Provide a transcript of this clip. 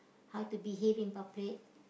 how to behave in public